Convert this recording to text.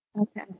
Okay